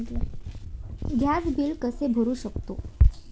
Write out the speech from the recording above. Gas bill कसे भरू शकतो?